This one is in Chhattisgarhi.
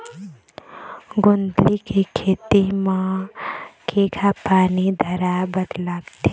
गोंदली के खेती म केघा पानी धराए बर लागथे?